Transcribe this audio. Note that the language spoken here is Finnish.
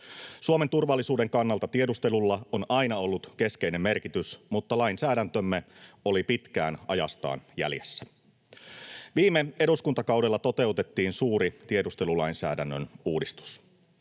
Suomen turvallisuuden kannalta tiedustelulla on aina ollut keskeinen merkitys, mutta lainsäädäntömme oli pitkään ajastaan jäljessä. Viime eduskuntakaudella toteutettiin suuri tiedustelulainsäädännön uudistus.